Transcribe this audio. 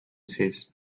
sis